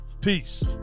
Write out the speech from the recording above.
Peace